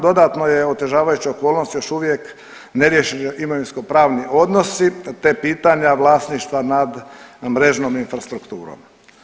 Dodatno je otežavajuća okolnost još uvijek neriješeni imovinskopravni odnosi te pitanja vlasništva nad mrežnom infrastrukturom.